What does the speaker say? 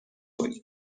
کنیم